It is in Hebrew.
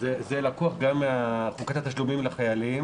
זה לקוח גם מחוקת התשלומים לחיילים